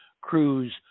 crews